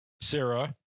Sarah